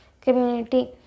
community